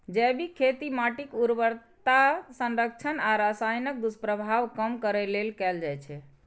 जैविक खेती माटिक उर्वरता संरक्षण आ रसायनक दुष्प्रभाव कम करै लेल कैल जाइ छै